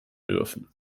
dürfen